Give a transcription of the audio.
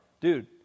dude